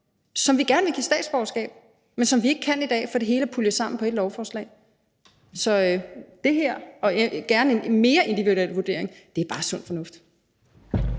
som vi gerne vil give statsborgerskab, men som vi ikke kan i dag, fordi det hele er puljet sammen på et lovforslag. Så en mere individuel vurdering er bare sund fornuft